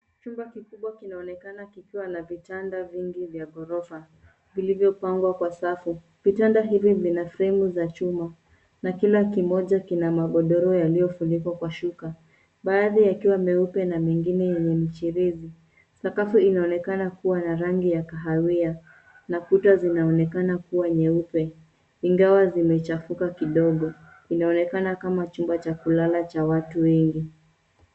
Chumba kikubwa kinaonekana kikiwa na vitanda vingi vya ghorofa vilivyopangwa kwa safu. Vitanda hivi vina fremu za chuma na kila kimoja kina magodoro yaliyofunikwa kuwa shuka, baadhi yakiwa meupe na mengine yenye micherezi. Sakafu inaonekana kuwa na rangi ya kahawia na kuta zinaonekana kuwa nyeupe ingawa zimechafuka kidogo, inaonekana kama chumba cha kulala cha watu wengi.